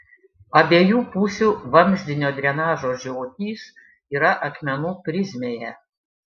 abiejų pusių vamzdinio drenažo žiotys yra akmenų prizmėje